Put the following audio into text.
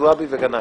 זועבי וגנאים.